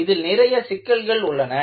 இதில் நிறைய சிக்கல்கள் உள்ளன